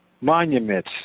monument